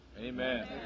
Amen